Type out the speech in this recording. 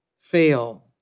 fail